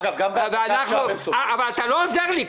אגב, גם --- אתה לא עוזר לי.